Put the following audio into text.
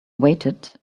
waited